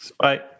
bye